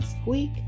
squeak